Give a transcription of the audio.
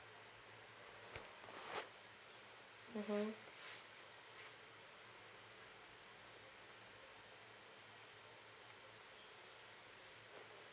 mmhmm